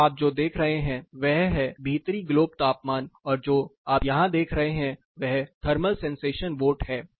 यहां आप जो देख रहे हैं वह है भीतरी ग्लोब तापमान और जो आप यहां देख रहे हैं वह थर्मल सेंसेशन वोट है